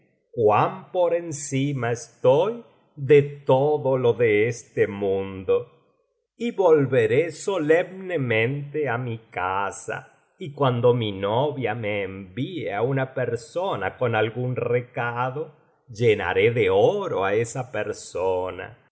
cuan por encima estoy de todo lo de este mundo y volveré solemnemente á mi casa y cuando mi novia me envíe á una persona con algún recado llenaré de oro á esa persona